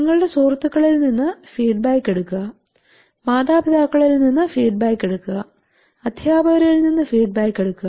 നിങ്ങളുടെ സുഹൃത്തുക്കളിൽ നിന്ന് ഫീഡ്ബാക്ക് എടുക്കുക മാതാപിതാക്കളിൽ നിന്ന് ഫീഡ്ബാക്ക് എടുക്കുക അധ്യാപകരിൽ നിന്ന് ഫീഡ്ബാക്ക് എടുക്കുക